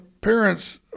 parents